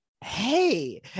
hey